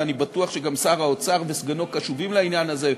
ואני בטוח שגם שר האוצר וסגנו קשובים לעניין הזה,